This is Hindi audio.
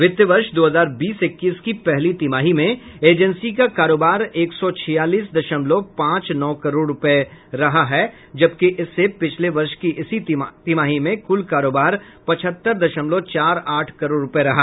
वित्त वर्ष दो हजार बीस इक्कीस की पहली तिमाही में एजेंसी का कारोबार एक सौ छियालीस दशमलव पांच नौ करोड़ रुपये रहा है जबकि इससे पिछले वर्ष की इसी तिमाही में कुल कारोबार पचहत्तर दशमलव चार आठ करोड़ रुपये रहा